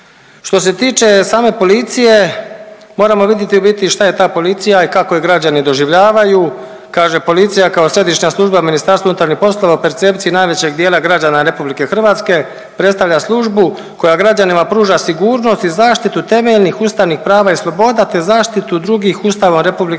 Što se tiče same policije, moramo vidjeti u biti šta je ta policija i kako je građani doživljavaju, kaže policija kao središnja služba MUP-a o percepciji najvećeg dijela građana RH predstavlja službu koja građanima pruža sigurnost i zaštitu temeljnih ustavnih prava i sloboda te zaštitu drugih Ustavom RH